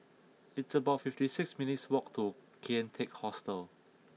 it's about fifty six minutes' walk to Kian Teck Hostel